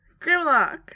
Grimlock